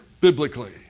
biblically